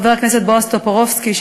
וחבר הכנסת בועז טופורובסקי,